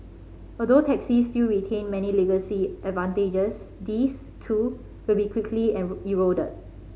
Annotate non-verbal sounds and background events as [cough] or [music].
although taxis still retain many legacy advantages these too will be quickly [unintelligible] eroded